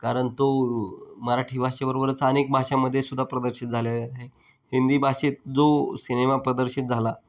कारण तो मराठी भाषेबरोबरच अनेक भाषेमध्ये सुद्धा प्रदर्शित झाले आहे हिंदी भाषेत जो सिनेमा प्रदर्शित झाला